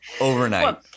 overnight